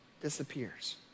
disappears